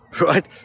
right